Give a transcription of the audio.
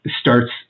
starts